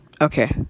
Okay